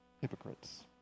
hypocrites